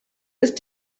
ist